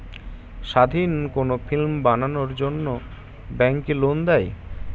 স্বাধীন কোনো ফিল্ম বানানোর জন্য ব্যাঙ্ক কি লোন দেয়?